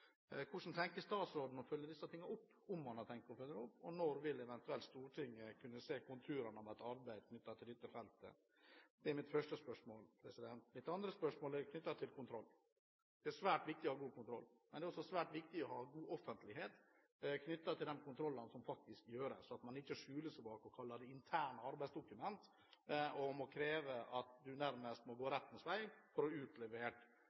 tenkt å følge dem opp? Og når vil eventuelt Stortinget kunne se konturene av et arbeid knyttet til dette feltet? Det er mine første spørsmål. Mitt neste spørsmål er knyttet til kontroll. Det er svært viktig å ha god kontroll, men det er også svært viktig å ha god offentlighet knyttet til de kontrollene som faktisk gjøres, og at man ikke skjuler seg bak det å kalle det et internt arbeidsdokument, og krever at en nærmest må gå rettens vei for å